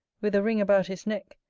with a ring about his neck,